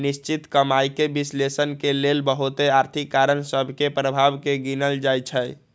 निश्चित कमाइके विश्लेषण के लेल बहुते आर्थिक कारण सभ के प्रभाव के गिनल जाइ छइ